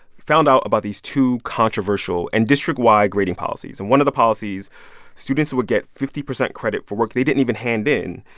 found out about these two controversial and district-wide grading policies. and one of the policies students would get fifty percent credit for work they didn't even hand in.